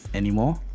anymore